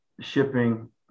shipping